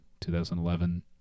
2011